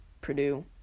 Purdue